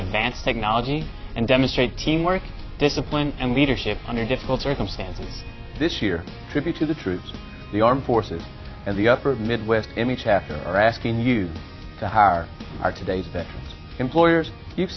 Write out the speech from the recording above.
advanced technology and demonstrate teamwork discipline and leadership under difficult circumstances this year tribute to the troops the armed forces and the upper midwest in the chaco are asking you to har are today's that employers you've